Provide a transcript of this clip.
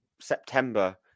September